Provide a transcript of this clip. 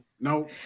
No